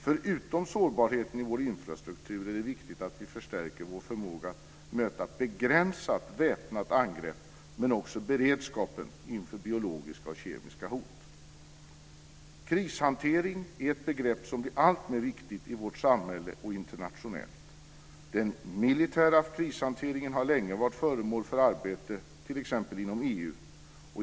Förutom sårbarheten i vår infrastruktur är det viktigt att vi förstärker vår förmåga att möta ett begränsat väpnat angrepp, men också beredskapen inför biologiska och kemiska hot. Krishantering är ett begrepp som blir alltmer viktigt i vårt samhälle och internationellt. Den militära krishanteringen har länge varit föremål för arbete t.ex. inom EU.